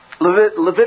Leviticus